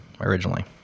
originally